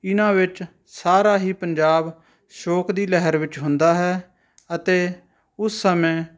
ਇਹਨਾਂ ਵਿੱਚ ਸਾਰਾ ਹੀ ਪੰਜਾਬ ਸ਼ੋਕ ਦੀ ਲਹਿਰ ਵਿੱਚ ਹੁੰਦਾ ਹੈ ਅਤੇ ਉਸ ਸਮੇਂ